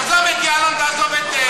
עזוב את יעלון, תעזוב את ליברמן.